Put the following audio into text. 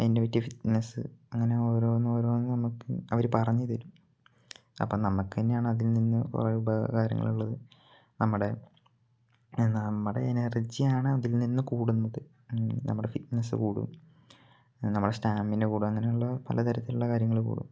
അതിൻ്റെ പറ്റിയ ഫിറ്റ്നസ്സ് അങ്ങനെ ഓരോന്ന് ഓരോന്ന് നമുക്ക് അവർ പറഞ്ഞു തരും അപ്പം നമുക്ക് തന്നെയാണ് അതിൽ നിന്ന് കുറേ ഉപകാരങ്ങൾ ഉള്ളത് നമ്മുടെ നമ്മുടെ എനർജിയാണ് അതിൽ നിന്ന് കൂടുന്നത് നമ്മടെ ഫിറ്റ്നസ്സ് കൂടും നമ്മുടെ സ്റ്റാമിന കൂടും അങ്ങനെയുള്ള പലതരത്തിലുള്ള കാര്യങ്ങൾ കൂടും